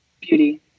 beauty